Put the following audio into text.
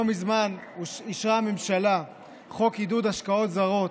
לא מזמן אישרה הממשלה חוק עידוד השקעות זרות,